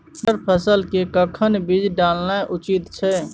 मटर फसल के कखन बीज डालनाय उचित छै?